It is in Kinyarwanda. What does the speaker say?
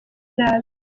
nabi